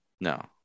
No